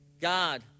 God